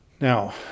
Now